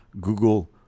Google